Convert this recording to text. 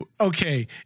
Okay